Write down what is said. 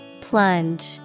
Plunge